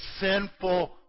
sinful